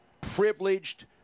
privileged